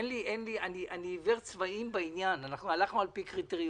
אני עיוור צבעים בעניין והלכנו על פי קריטריון.